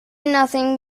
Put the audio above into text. nothing